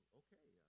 okay